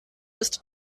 ist